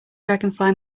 dragonfly